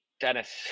Dennis